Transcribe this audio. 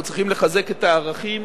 אנחנו צריכים לחזק את הערכים,